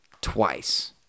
twice